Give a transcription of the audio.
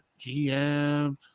GM